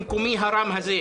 ממקומי הרם הזה,